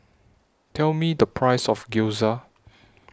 Tell Me The Price of Gyoza